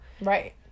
Right